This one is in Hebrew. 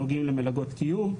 שנוגעים למלגות קיום,